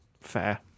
fair